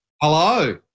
Hello